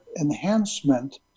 enhancement